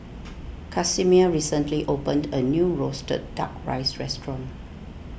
Casimir recently opened a new Roasted Duck Rice restaurant